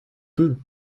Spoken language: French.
peu